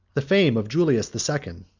the fame of julius the second,